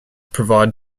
provide